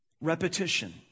Repetition